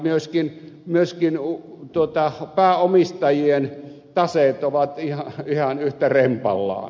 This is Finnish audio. myöskin pääomistajien taseet ovat ihan yhtä rempallaan